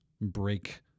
break